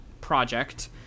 project